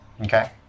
Okay